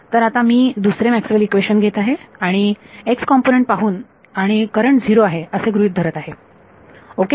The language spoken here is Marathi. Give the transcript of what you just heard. तर आता मी दुसरे मॅक्सवेल इक्वेशनMaxwell's equation घेत आहे आणि x कॉम्पोनन्ट पाहून आणि करंट 0 आहे असे गृहीत धरत आहे ओके